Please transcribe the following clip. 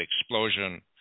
explosion